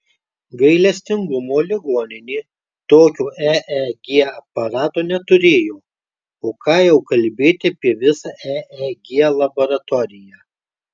gailestingumo ligoninė tokio eeg aparato neturėjo o ką jau kalbėti apie visą eeg laboratoriją